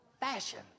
fashion